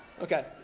Okay